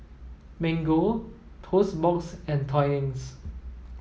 Mango Toast Box and Twinings